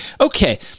Okay